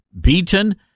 beaten